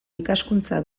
ikaskuntza